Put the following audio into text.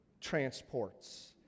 transports